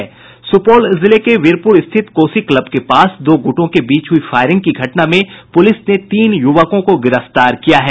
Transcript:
सुपौल जिले के वीरपुर स्थित कोसी क्लब के पास दो गुटों के बीच हुई फायरिंग की घटना में पुलिस ने तीन युवकों को गिरफ्तार किया है